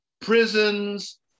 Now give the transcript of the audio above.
prisons